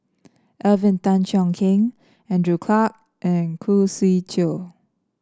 Alvin Tan Cheong Kheng Andrew Clarke and Khoo Swee Chiow